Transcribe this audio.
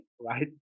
right